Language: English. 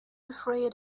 afraid